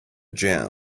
jam